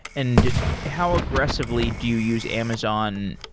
and how aggressively do you use amazon,